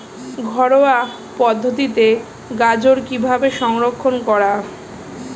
ঘরোয়া পদ্ধতিতে গাজর কিভাবে সংরক্ষণ করা?